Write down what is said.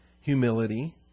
humility